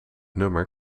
nummer